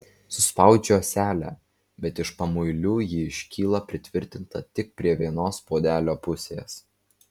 suspaudžiu ąselę bet iš pamuilių ji iškyla pritvirtinta tik prie vienos puodelio pusės